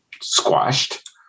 squashed